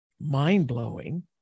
mind-blowing